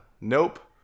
nope